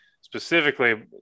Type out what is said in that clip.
specifically